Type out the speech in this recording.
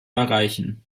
erreichen